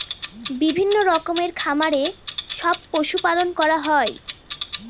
বিভিন্ন রকমের খামারে সব পশু পালন করা হয়